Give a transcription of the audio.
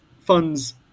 funds